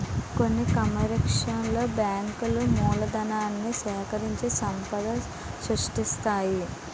కొన్ని కమర్షియల్ బ్యాంకులు మూలధనాన్ని సేకరించి సంపద సృష్టిస్తాయి